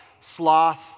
sloth